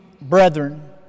brethren